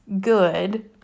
good